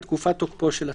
ותקופת תוקפו של הצו".